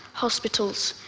hospitals,